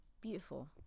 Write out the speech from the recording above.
Beautiful